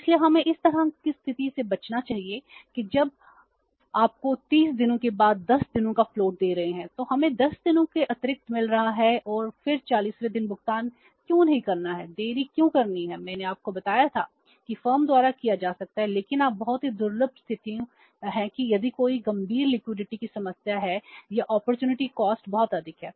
इसलिए हमें इस तरह की स्थिति से बचना चाहिए कि जब हम आपको 30 दिनों के बाद 10 दिनों का फ्लोट 18 है